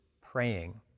praying